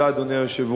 תודה, אדוני היושב-ראש.